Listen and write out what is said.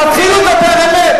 תסגור עם גפני,